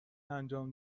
انجام